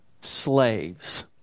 slaves